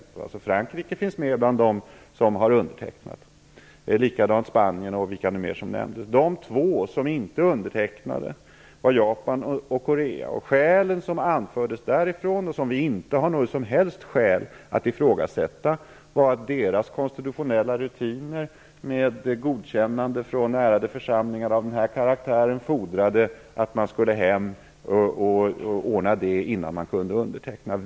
Frankrike finns med bland dem som har undertecknat, och likadant Spanien och de andra länder som nämndes. De två länder som inte undertecknade var Japan och Korea. Skälen som anfördes därifrån - som vi inte har något som helst skäl att ifrågasätta - var att deras konstitutionella rutiner, med godkännande från ärade församlingar av denna karaktär, fordrade att man skulle hem och ordna detta innan man kunde underteckna.